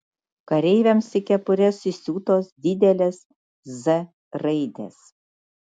kareiviams į kepures įsiūtos didelės z raidės